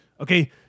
okay